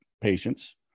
patients